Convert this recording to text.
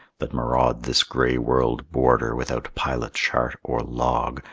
that maraud this gray world border without pilot, chart, or log,